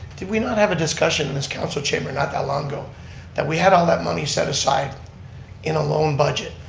did we not have a discussion in this council chamber not that long ago that we had all that money set aside in a loan budget,